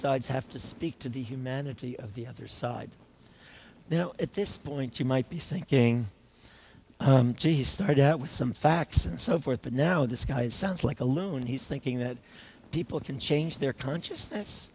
sides have to speak to the humanity of the other side you know at this point you might be thinking gee he started out with some facts and so forth and now this guy sounds like a loon he's thinking that people can change their conscious